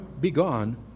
begone